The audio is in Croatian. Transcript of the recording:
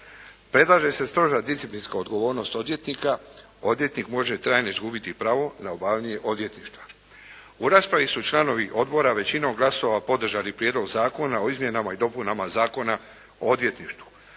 Predlaže se stroža disciplinska odgovornost odvjetnika. Odvjetnik može trajno izgubiti pravo na obavljanje odvjetništva. U raspravi su članovi odbora većinom glasova podržali Prijedlog zakona o izmjenama i dopunama Zakona o odvjetništvu.